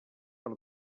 per